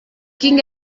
ging